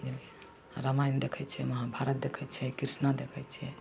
बुझलियै रामायण देखै छियै महाभारत देखै छियै कृष्णा देखै छियै